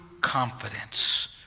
confidence